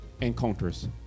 encounters